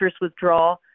withdrawal